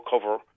cover